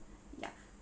yeah